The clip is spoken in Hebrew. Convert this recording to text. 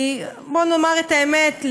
בואו נאמר את האמת,